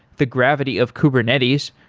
the gravity of kubernetes.